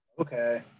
Okay